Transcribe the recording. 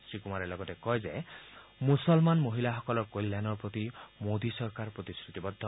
শ্ৰীকুমাৰে লগতে কয় যে মুছলমান মহিলাসকলৰ কল্যাণৰ প্ৰতি মোদী চৰকাৰ প্ৰতিশ্ৰুতিবদ্ধ